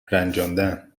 رنجاندن